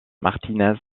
martínez